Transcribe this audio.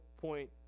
point